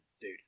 dude